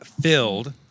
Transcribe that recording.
filled